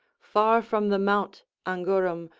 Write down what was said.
far from the mount angurum,